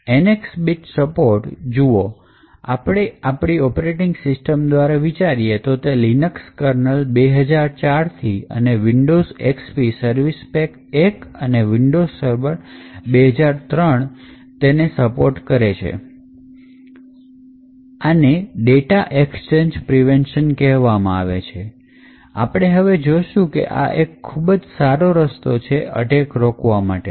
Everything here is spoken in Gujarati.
NX bit support જુઓ આપણે ઓપરેટિંગ સિસ્ટમ દ્વારા વિચારીએ તો લીનક્સ કર્નલ 2004થી અને વિન્ડોઝ xp સર્વિસ પેક ૧ અને વિન્ડોઝ સર્વર 2003 સપોર્ટ કરે છે આને ડેટા એક્સચેન્જ પ્રિવેન્શન કહેવામાં આવે છે આપણે હવે જોઇશું કે આ એક ખૂબ જ સારો રસ્તો છે અટેક રોકવા માટેનું